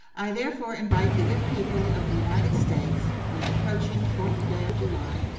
i therefore invite the good people of the united states, on the approaching fourth day of july,